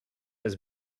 has